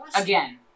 again